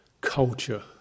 culture